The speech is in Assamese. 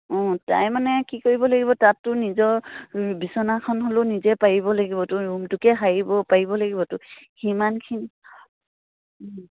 অঁ তাই মানে কি কৰিব লাগিব তাততো নিজৰ বিচনাখন হ'লেও নিজে পাৰিব লাগিবতো ৰূমটোকে সাৰিব পাৰিব লাগিবতো সিমানখিনি